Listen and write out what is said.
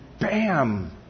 bam